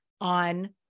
on